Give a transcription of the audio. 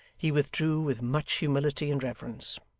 he withdrew with much humility and reverence.